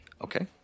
Okay